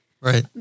Right